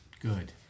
good